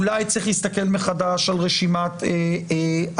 אולי צריך להסתכל מחדש על רשימת העבירות,